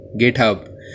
GitHub